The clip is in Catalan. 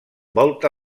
volta